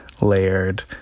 layered